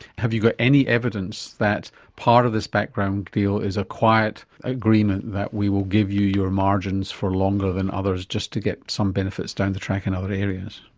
have you got any evidence that part of this background deal is a quiet agreement that we will give you your margins for longer than others just to get some benefits down the track in other areas?